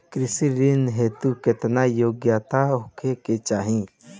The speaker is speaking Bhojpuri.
कृषि ऋण हेतू केतना योग्यता होखे के चाहीं?